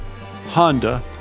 Honda